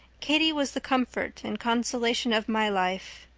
katie was the comfort and consolation of my life.